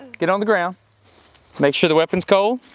get on the ground make sure the weapon's cold